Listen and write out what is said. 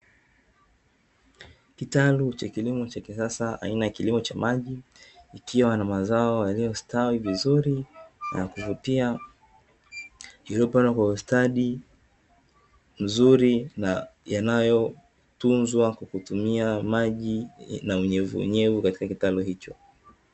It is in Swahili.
Kitalu cha kilimo cha kisasa aina kilimo cha maji, kikiwa na mazao yaliyostawi vizuri na kuvutia, kilichopandwa kwa ustadi mzuri, na yanayotunzwa kwa kutumia maji na unyevuunyevu katika kitalu hicho.